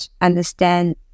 understand